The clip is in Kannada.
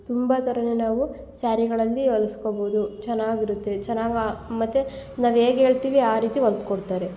ತುಂಬ ಥರನೆ ನಾವು ಸ್ಯಾರಿಗಳಲ್ಲಿ ಹೊಲ್ಸ್ಕೊಬೋದು ಚೆನ್ನಾಗಿರುತ್ತೆ ಚೆನ್ನಾಗಿ ಮತ್ತು ನಾವು ಹೇಗೆ ಹೇಳ್ತೀವಿ ಆ ರೀತಿ ಹೊಲ್ದ್ ಕೊಡ್ತಾರೆ